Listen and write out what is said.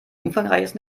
umfangreiches